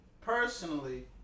Personally